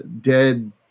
dead